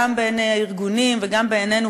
גם בעיני הארגונים וגם בעינינו,